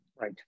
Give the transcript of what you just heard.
Right